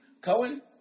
Cohen